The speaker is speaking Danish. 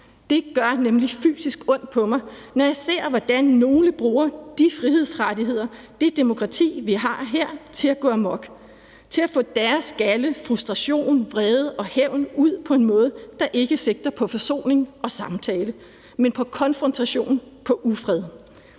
Det gør nemlig fysisk ondt på mig, når jeg ser, hvordan nogle bruger de frihedsrettigheder, det demokrati, vi har her, til at gå amok, til at få deres galde, frustration, vrede og hævn ud på en måde, der ikke sigter på forsoning og samtale, men på konfrontation, på ufred.